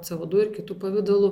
c o du ir kitu pavidalu